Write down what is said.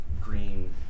green